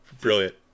Brilliant